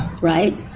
right